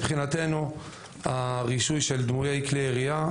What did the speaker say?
מבחינתנו הרישוי של דמוי כלי ירייה,